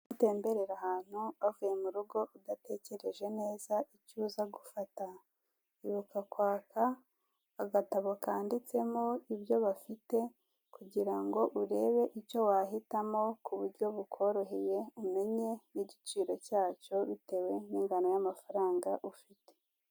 Nutemberera ahantu, wavuye mu rugo udatekereje neza ibyo uza gufata, ibuka kwaka agatabo kanditsemo ibyo bafite, kugira ngo urebe icyo wahitamo ku buryo bukoroheye, umenye n'igiciro cyacyo, bitewe n'ingano y'amafaranga ufite.